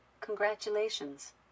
Congratulations